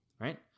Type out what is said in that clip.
right